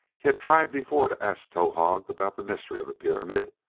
he had tried before to ask towahg about the mystery of the pyramid,